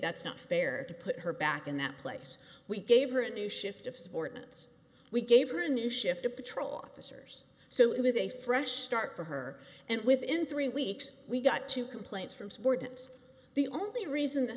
that's not fair to put her back in that place we gave her a new shift of subordinates we gave her a new shift to patrol officers so it was a fresh start for her and within three weeks we got two complaints from subordinates the only reason the